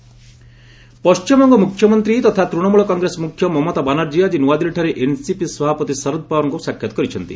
ମମତା ଶରଦ ପଶ୍ଚିମବଙ୍ଗ ମୁଖ୍ୟମନ୍ତ୍ରୀ ତଥା ତୂଣମୂଳ କଂଗ୍ରେସ ମୁଖ୍ୟ ମମତା ବାନାର୍ଜୀ ଆକି ନ୍ତଆଦିଲ୍ଲୀଠାରେ ଏନସିପି ସଭାପତି ଶରତ ପାୱାରଙ୍କୁ ସାକ୍ଷାତ କରିଛନ୍ତି